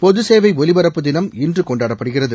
பொதுசேவை ஒலிபரப்பு தினம் இன்று கொண்டாடப்படுகிறது